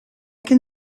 can